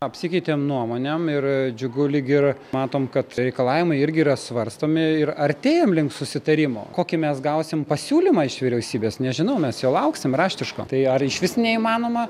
apsikeitėm nuomonėm ir džiugu lyg ir matom kad reikalavimai irgi yra svarstomi ir artėjam link susitarimo kokį mes gausim pasiūlymą iš vyriausybės nežinau mes jo lauksim raštiško tai ar išvis neįmanoma